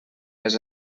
les